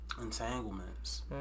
entanglements